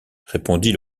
répondit